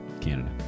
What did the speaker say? Canada